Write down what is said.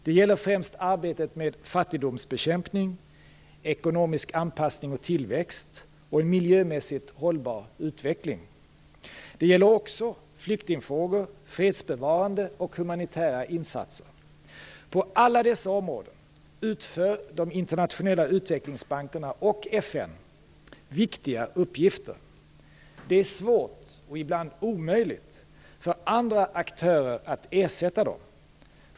Det gäller främst arbetet med fattigdomsbekämpning, ekonomisk anpassning och tillväxt samt en miljömässigt hållbar utveckling. Det gäller också flyktingfrågor, fredsbevarande och humanitära insatser. På alla dessa områden utför de internationella utvecklingsbankerna och FN viktiga uppgifter. Det är svårt, och ibland omöjligt, för andra aktörer att ersätta dem.